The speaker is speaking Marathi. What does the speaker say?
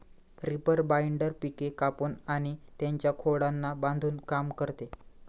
रीपर बाइंडर पिके कापून आणि त्यांच्या खोडांना बांधून काम करते